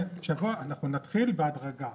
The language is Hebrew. אנחנו נתחיל בהדרגה.